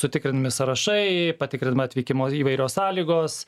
sutikrinami sąrašai patikrinama atvykimo įvairios sąlygos